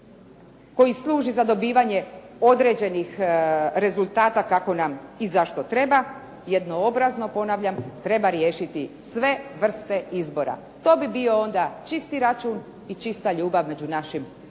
koji služi za dobivanje određenih rezultata kako nam treba jednoobrazno treba riješiti sve vrste izbora i to bi onda bilo čisti račun i čista ljubav među našim